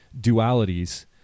dualities